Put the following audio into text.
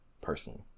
personally